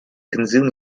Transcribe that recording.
consume